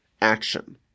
action